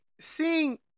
seeing